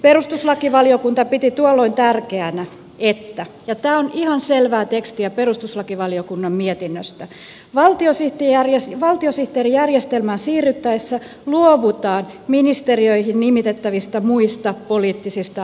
perustuslakivaliokunta piti tuolloin tärkeänä että ja tämä on ihan selvää tekstiä perustuslakivaliokunnan mietinnöstä valtiosihteerijärjestelmään siirryttäessä luovutaan ministeriöihin nimitettävistä muista poliittisista avustajista